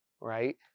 right